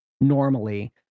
normally